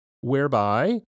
whereby